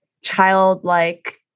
childlike